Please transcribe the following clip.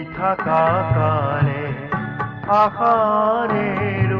da da da da da